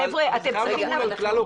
חבר'ה אתם צריכים להבין רגע,